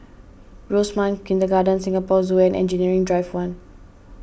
Rosemount Kindergarten Singapore Zoo and Engineering Drive one